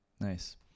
nice